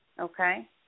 Okay